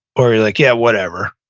or like, yeah, whatever.